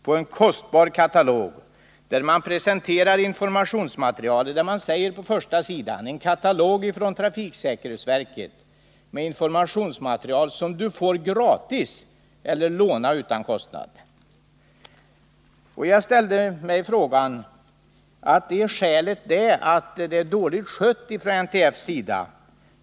på en kostsam katalog, där man presenterar informationsmaterial och där det på första sidan står: ”En katalog från trafiksäkerhetsverket med informationsmaterial som du får gratis eller lånar utan kostnad.” 2 Jag ställde mig frågan om skälet härtill är att NTF sköter sin verksamhet dåligt.